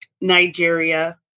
Nigeria